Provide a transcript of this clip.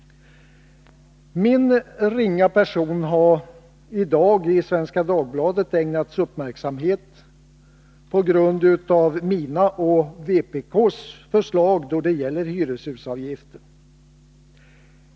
Min ringa person har i dag i Svenska Dagbladet ägnats uppmärksamhet på grund av mina och vpk:s förslag då det gäller hyreshusavgiften.